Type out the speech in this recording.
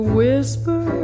whisper